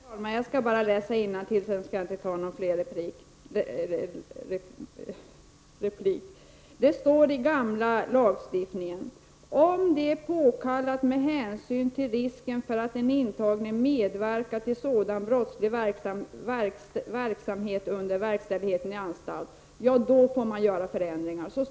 Herr talman! Jag skall bara läsa innantill, och sedan skall jag inte ta någon mer replik. Det står i den gamla lagstiftningen: ”-—— om det är påkallat med hänsyn till risken för att den intagne medverkar till sådan brottslig verksamhet under verkställigheten i anstalt.” Då får man alltså göra förändringar.